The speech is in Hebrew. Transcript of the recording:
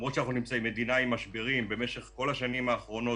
למרות שאנחנו מדינה עם משברים במשך כל השנים האחרונות,